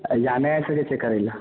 एहिजा नहि आबि सकैत छै करैला